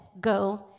go